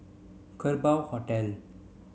Kerbau Hotel